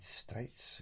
states